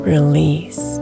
Release